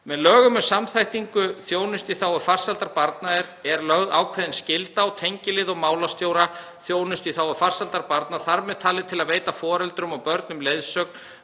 Með lögum um samþættingu þjónustu í þágu farsældar barna er lögð ákveðin skylda á tengiliði og málstjóra þjónustu í þágu farsældar barna, þ.m.t. til að veita foreldrum og börnum leiðsögn